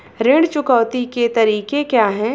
ऋण चुकौती के तरीके क्या हैं?